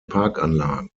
parkanlagen